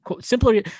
simpler